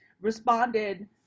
responded